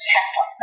Tesla